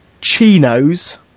Chinos